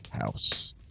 house